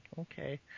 okay